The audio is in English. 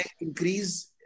increase